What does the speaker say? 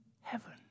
heaven